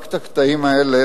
רק את הקטעים האלה,